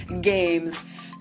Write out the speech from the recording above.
games